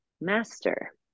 master